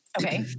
Okay